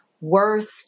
worth